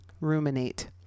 ruminate